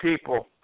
people